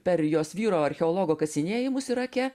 per jos vyro archeologo kasinėjimus irake